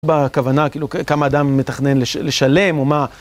בכוונה כמה אדם מתכנן לשלם או מה